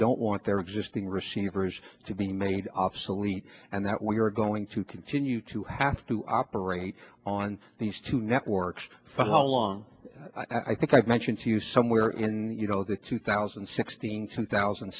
don't want their existing receivers to be made obsolete and that we are going to continue to have to operate on these two networks for how long i think i've mentioned to you somewhere in the you know the two thousand and sixteen two thousand